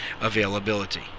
availability